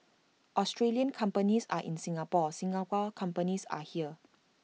Australian companies are in Singapore Singapore companies are here